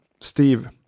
Steve